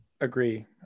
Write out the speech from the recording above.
agree